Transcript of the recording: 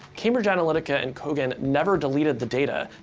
cambridge analytica and kogan never deleted the data,